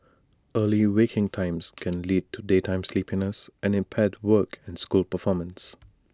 early waking times can lead to daytime sleepiness and impaired work and school performance